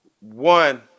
One